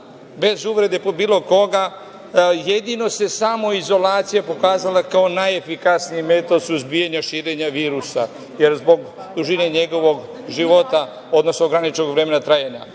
bez uvrede po bilo koga, jedino se samoizolacija pokazala kao najefikasniji metod suzbijanja širenja virusa zbog dužine njegovog života, odnosno ograničenog vremena trajanja.